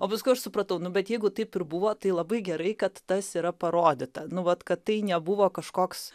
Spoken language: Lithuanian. o paskui aš supratau nu bet jeigu taip ir buvo tai labai gerai kad tas yra parodyta nu vat kad tai nebuvo kažkoks